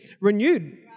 renewed